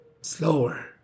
slower